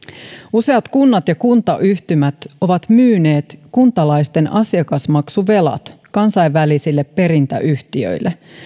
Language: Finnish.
useat kunnat ja kuntayhtymät ovat myyneet kuntalaisten asiakasmaksuvelat kansainvälisille perintäyhtiöille